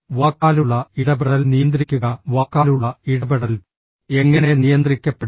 വാക്കാലുള്ള ഇടപെടൽ നിയന്ത്രിക്കുക വാക്കാലുള്ള ഇടപെടൽ എങ്ങനെ നിയന്ത്രിക്കപ്പെടുന്നു